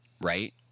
right